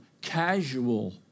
casual